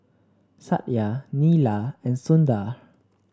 Satya Neila and Sundar